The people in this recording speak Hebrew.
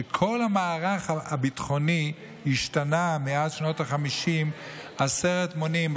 שכל המערך הביטחוני השתנה מאז שנות החמישים עשרת מונים,